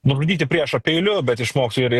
nužudyti priešą peiliu bet išmoktų ir ir